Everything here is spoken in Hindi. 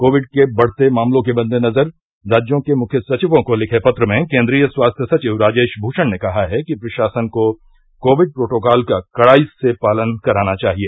कोविड के बढ़ते मामलों के मदेनजर राज्यों के मुख्य सचिवों को लिखे पत्र में केन्द्रीय स्वास्थ्य सचिव राजेश भूषण ने कहा है कि प्रशासन को कोविड प्रोटोकाल का कड़ाई से पालन कराना चाहिए